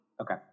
Okay